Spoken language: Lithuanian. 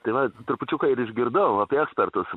tai va trupučiuką ir išgirdau apie ekspertus